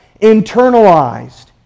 Internalized